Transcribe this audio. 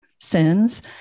sins